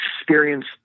experience